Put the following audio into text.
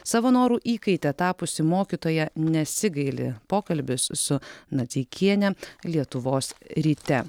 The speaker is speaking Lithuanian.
savo norų įkaite tapusi mokytoja nesigaili pokalbis su nadzeikiene lietuvos ryte